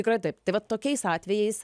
tikrai taip tai vat tokiais atvejais